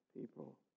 people